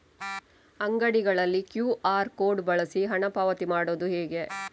ಅಂಗಡಿಗಳಲ್ಲಿ QR code ಬಳಸಿ ಹಣ ಪಾವತಿ ಮಾಡೋದು ಹೇಗೆ?